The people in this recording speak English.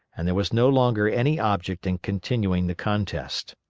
and there was no longer any object in continuing the contest.